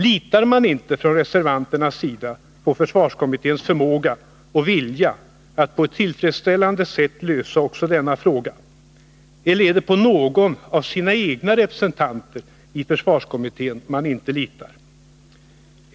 Litar man inte från reservanternas sida på försvarskommitténs förmåga och vilja att på ett tillfredsställande sätt lösa också denna fråga, eller är det på någon av sina egna representanter i försvarskommittén man inte litar?